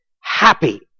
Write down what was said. happy